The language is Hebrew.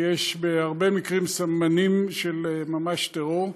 כי יש בהרבה מקרים סממנים של טרור ממש,